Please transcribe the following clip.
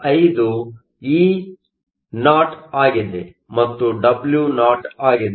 5 E0 ಆಗಿದೆ ಮತ್ತು Wo ಆಗಿದೆ